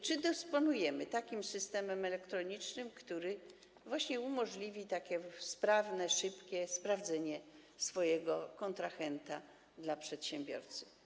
Czy dysponujemy takim systemem elektronicznym, który właśnie umożliwi takie sprawne i szybkie sprawdzenie swojego kontrahenta dla przedsiębiorcy?